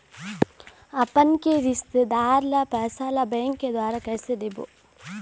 अपन के रिश्तेदार ला पैसा ला बैंक के द्वारा कैसे देबो?